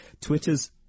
Twitter's